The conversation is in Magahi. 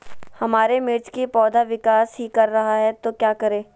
हमारे मिर्च कि पौधा विकास ही कर रहा है तो क्या करे?